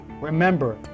Remember